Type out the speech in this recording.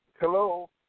Hello